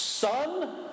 son